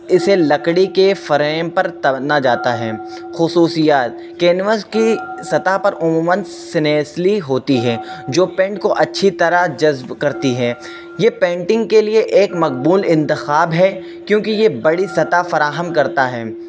اسے لکڑی کے فریم پر ترنا جاتا ہے خصوصیات کینوس کی سطح پر عموماً سنیسلی ہوتی ہے جو پینٹ کو اچھی طرح جذب کرتی ہے یہ پینٹنگ کے لیے ایک مقبول انتخاب ہے کیوںکہ یہ بڑی سطح فراہم کرتا ہے